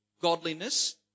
godliness